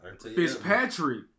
Fitzpatrick